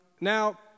Now